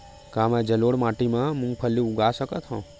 का मैं जलोढ़ माटी म मूंगफली उगा सकत हंव?